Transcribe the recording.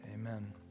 Amen